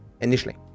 initially